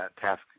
task